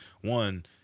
one –